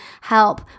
help